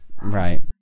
Right